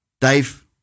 Dave